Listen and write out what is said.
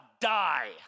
die